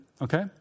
okay